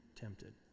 tempted